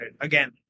Again